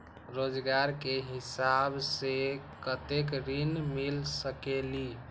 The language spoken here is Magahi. रोजगार के हिसाब से कतेक ऋण मिल सकेलि?